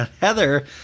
Heather